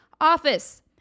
office